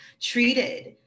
treated